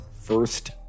first